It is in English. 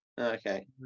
Okay